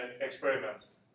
experiment